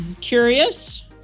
curious